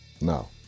No